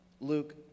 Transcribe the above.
Luke